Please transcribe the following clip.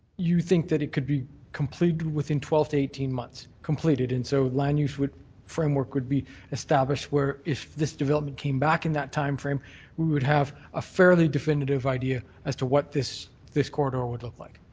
you think that it could be completed within twelve to eighteen months, completed. and so land use framework would be established where if this development came back in that time frame we would have a fairly definitive idea as to what this this corridor would look like.